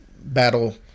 battle